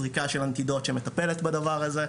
זריקה של אנטידוט שמטפלת בדבר הזה.